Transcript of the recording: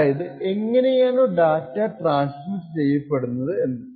അതായതു എങ്ങനെയാണു data transmit ചെയ്യപ്പെടുന്നത് എന്ന്